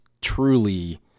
truly